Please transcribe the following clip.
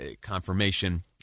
confirmation